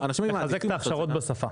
לחזק את ההכשרות בשפה.